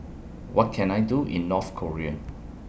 What Can I Do in North Korea